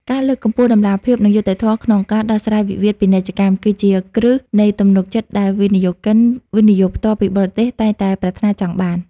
ការលើកកម្ពស់តម្លាភាព និងយុត្តិធម៌ក្នុងការដោះស្រាយវិវាទពាណិជ្ជកម្ម គឺជាគ្រឹះនៃទំនុកចិត្តដែលវិនិយោគិន វិនិយោគផ្ទាល់ពីបរទេស តែងតែប្រាថ្នាចង់បាន។